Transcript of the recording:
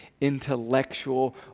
intellectual